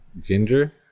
Ginger